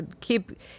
keep